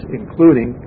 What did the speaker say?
including